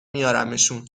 میارمشون